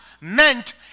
meant